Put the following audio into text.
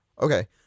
Okay